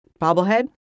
Bobblehead